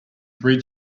three